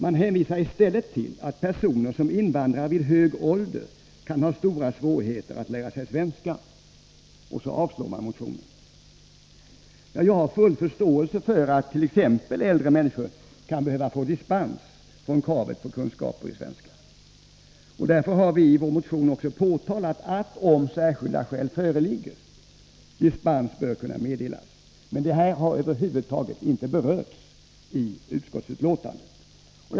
Man hänvisar i stället till att personer som invandrar vid hög ålder kan ha stora svårigheter att lära sig svenska, och så avstyrker man motionen. Jag har full förståelse för att t.ex. äldre människor kan behöva få dispens från kravet på kunskaper i svenska. Därför har vi i vår motion också påtalat att om särskilda skäl föreligger dispens bör kunna meddelas. Detta har över huvud taget inte berörts i utskottsbetänkandet.